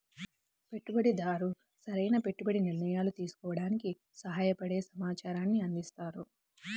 పెట్టుబడిదారు సరైన పెట్టుబడి నిర్ణయాలు తీసుకోవడానికి సహాయపడే సమాచారాన్ని అందిస్తారు